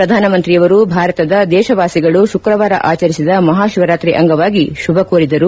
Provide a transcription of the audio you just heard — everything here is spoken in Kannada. ಪ್ರಧಾನಮಂತ್ರಿ ಅವರು ಭಾರತದ ದೇಶವಾಸಿಗಳು ಶುಕ್ರವಾರ ಆಚರಿಸಿದ ಮಹಾಶಿವರಾತ್ರಿ ಅಂಗವಾಗಿ ಶುಭ ಕೋರಿದರು